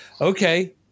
okay